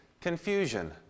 confusion